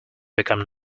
become